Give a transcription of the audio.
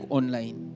online